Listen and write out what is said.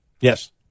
Yes